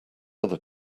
other